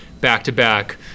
back-to-back